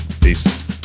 Peace